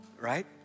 Right